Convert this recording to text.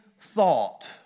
thought